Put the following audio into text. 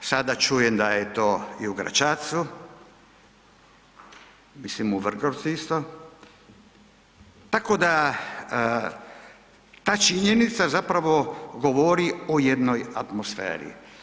Sada čujem da je to i u Gračacu, mislim u Vrgorcu isto, tako da ta činjenica zapravo govori o jednoj atmosferi.